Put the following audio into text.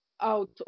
out